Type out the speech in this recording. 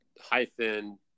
hyphen